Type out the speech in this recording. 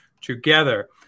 together